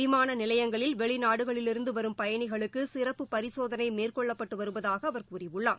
விமானநிலையங்களில் வெளிநாடுகளிலிருந்துவரும் பயணிகளுக்குசிறப்பு பரிசோதனைமேற்கொள்ளப்பட்டுவருவதாகஅவர் கூறியுள்ளார்